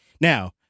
Now